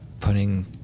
putting